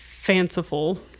fanciful